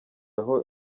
aho